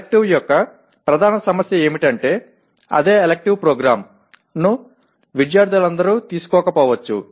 elective యొక్క ప్రధాన సమస్య ఏమిటంటే అదే ఎలిక్టివ్ ప్రోగ్రామ్ ను విద్యార్థులందరూ తీసుకోకపోవచ్చు